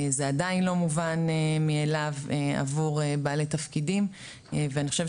זה עדיין לא מובן מאליו עבור בעלי תפקידים ואני חושבת